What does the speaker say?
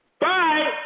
Bye